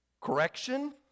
correction